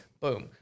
boom